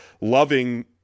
loving